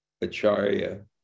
Acharya